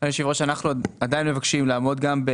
להגיע עם התחשיב.